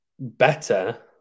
Better